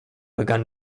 begun